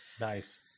Nice